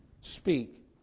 speak